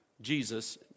Jesus